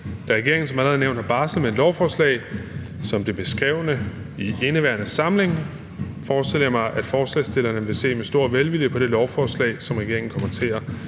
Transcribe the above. Da regeringen som allerede nævnt har barslet med et lovforslag som det beskrevne i indeværende samling, forestiller jeg mig, at forslagsstillerne vil se med stor velvilje på det lovforslag, som regeringen kommer